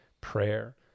Prayer